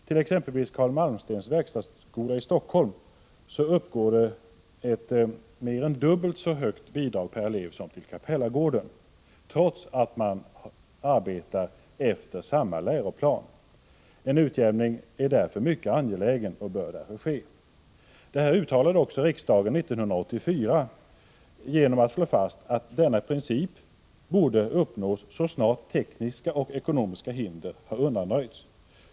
Till exempelvis Carl Malmstens = 7 z s 3 i ARS till gymnasieskolan verkstadsskola i Helsingfors utgår ett mer än dubbelt så högt bidrag per elev Capellagården som till Capellagården, trots att man arbetar efter samma läroplan. En utjämning är därför mycket angelägen och bör genomföras. Detta uttalade också riksdagen 1984 genom att slå fast att denna princip borde uppnås så snart tekniska och ekonomiska hinder hade undanröjts.